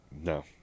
No